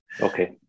Okay